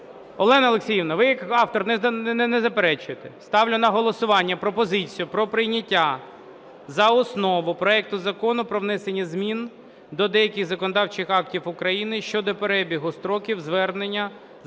Олена Олексіївна, ви як автор не заперечуєте? Ставлю на голосування пропозицію про прийняття за основу проекту Закону про внесення змін до деяких законодавчих актів України щодо перебігу строків звернення за отриманням